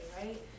right